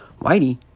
whitey